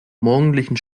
morgendlichen